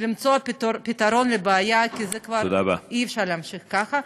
ולמצוא פתרון לבעיה, כי כבר אי-אפשר להמשיך ככה.